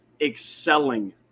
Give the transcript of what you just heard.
excelling